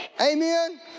Amen